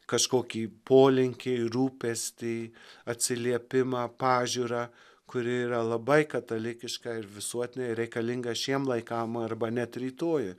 kažkokį polinkį rūpestį atsiliepimą pažiūrą kuri yra labai katalikiška ir visuotinai reikalinga šiem laikam arba net ir rytojui